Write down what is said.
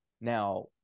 Now